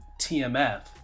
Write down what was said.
TMF